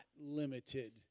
limited